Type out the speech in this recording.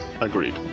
Agreed